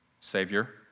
Savior